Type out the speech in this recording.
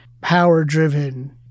power-driven